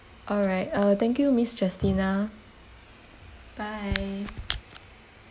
all right uh thank you miss justina bye